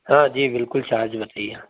हाँ जी बिल्कुल चार्ज बताइए